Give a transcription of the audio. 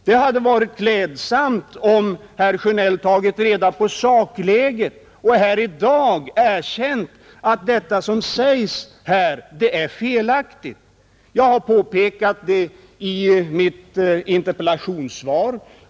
Det skulle ha varit klädsamt om herr Sjönell hade tagit reda på sakläget och i dag erkänt att hans uppgifter inte är korrekta. Jag har påpekat det i mitt interpellationssvar.